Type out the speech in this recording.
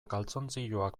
galtzontziloak